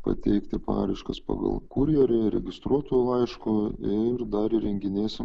pateikti paraiškas pagal kurjerį registruotu laišku ir dar įrenginėsim